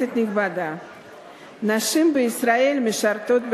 עשר דקות.